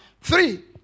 three